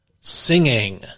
Singing